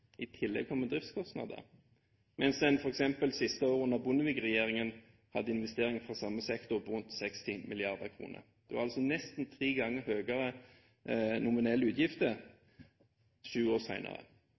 i tillegg kommer driftskostnader – mens en f.eks. siste år under Bondevik-regjeringen hadde investeringer i samme sektor på rundt 60 mrd. kr. Det var altså nesten tre ganger høyere nominelle